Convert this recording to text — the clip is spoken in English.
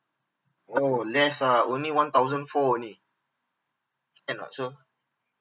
oo less ah only one thousand four only can ah so